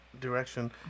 direction